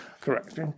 Correct